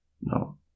No